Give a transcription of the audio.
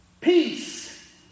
Peace